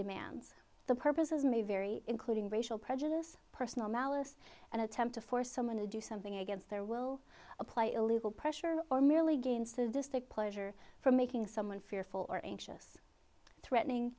demands the purposes may vary including racial prejudice personal malice and attempt to force someone to do something against their will play illegal pressure or merely gain sadistic pleasure from making someone fearful or anxious threatening